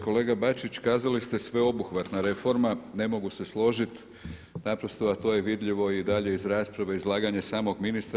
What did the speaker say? Kolega Bačić kazali ste sveobuhvatna reforma, ne mogu se složit naprosto a to je vidljivo i dalje iz rasprave, izlaganje samog ministra.